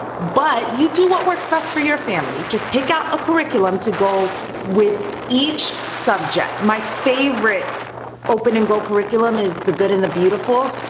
but you do what works best for your family. just pick out a curriculum to go with each subject. my favorite open and go curriculum is the good and the beautiful.